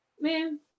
man